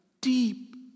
deep